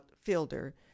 Fielder